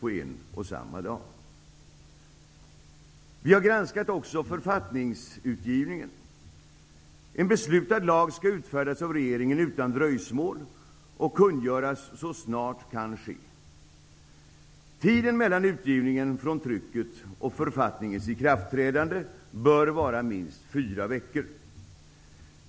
Vi har också granskat författningsutgivningen. En beslutad lag skall utfärdas av regeringen utan dröjsmål och kungöras så snart som det kan ske. Tiden mellan utgivningen från trycket och författningens ikraftträdande bör vara minst fyra veckor.